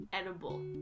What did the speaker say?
edible